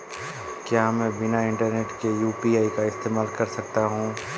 क्या मैं बिना इंटरनेट के यू.पी.आई का इस्तेमाल कर सकता हूं?